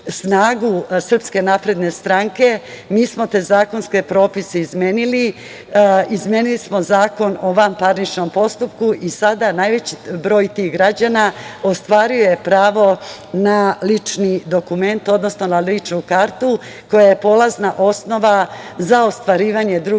Srpske napredne stranke, mi smo te zakonske propise izmenili, izmenili smo Zakon o vanparničnom postupku i sada najveći broj tih građana ostvario je pravo na lični dokument, odnosno na ličnu kartu, koja je polazna osnova za ostvarivanje drugih